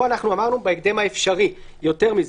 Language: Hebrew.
פה אמרנו בהקדם האפשרי, יותר מזה.